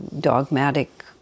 dogmatic